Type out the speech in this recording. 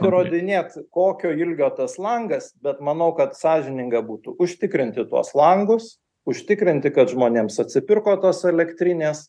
nurodinėt kokio ilgio tas langas bet manau kad sąžininga būtų užtikrinti tuos langus užtikrinti kad žmonėms atsipirko tos elektrinės